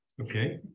okay